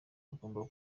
bagomba